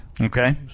Okay